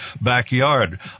backyard